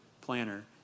planner